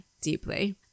deeply